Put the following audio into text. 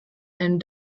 and